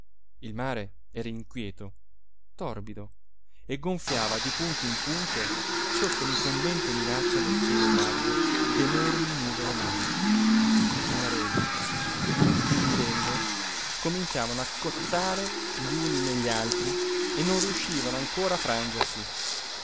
il mare era inquieto torbido e gonfiava di punto in punto sotto l'incombente minaccia del cielo gravido d'enormi nuvole nere i marosi intumidendo cominciavano a cozzare gli uni negli altri e non riuscivano ancora a frangersi